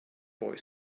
boy